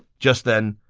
just then,